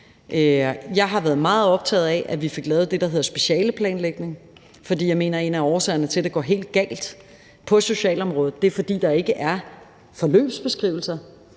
Jeg har været meget optaget af, at vi fik lavet det, der hedder specialeplanlægning, fordi jeg mener, at en af årsagerne til, at det går helt galt på socialområdet, er, at der ikke er forløbsbeskrivelser.